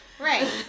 Right